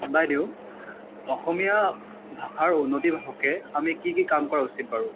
বাইদেউ অসমীয়া ভাষাৰ উন্নতিৰ হকে আমি কি কি কাম কৰা উচিত বাৰু